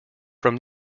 from